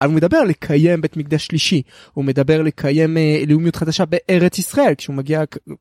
אבל הוא מדבר לקיים בית מקדש שלישי, הוא מדבר לקיים לאומיות חדשה בארץ ישראל, כשהוא מגיע...